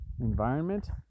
environment